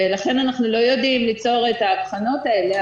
ולכן אנחנו לא יודעים ליצור את ההבחנות האלה.